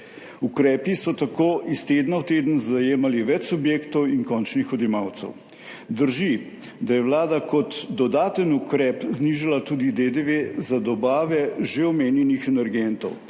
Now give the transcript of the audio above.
Ukrepi so tako iz tedna v teden zajemali več subjektov in končnih odjemalcev. Drži, da je vlada kot dodaten ukrep znižala tudi DDV za dobave že omenjenih energentov.